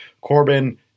Corbin